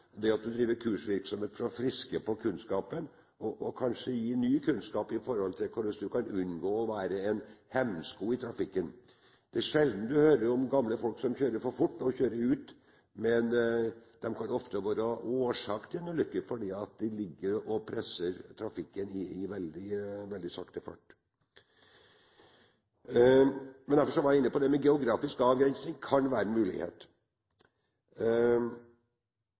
er sjelden du hører om gamle folk som kjører for fort, og som kjører ut, men de kan ofte være årsaken til en ulykke fordi de ligger og presser trafikken i veldig sakte fart. Derfor var jeg inne på at dette med geografisk avgrensning kan være en mulighet.